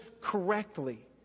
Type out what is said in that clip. correctly